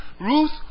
Ruth